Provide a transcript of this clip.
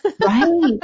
Right